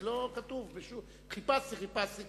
חיפשתי, חיפשתי,